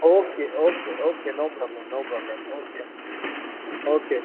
okay okay okay no problem no problem okay okay